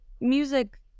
music